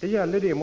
Det gäller förslagen